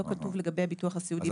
לא כתוב לגבי הביטוח הסיעודי.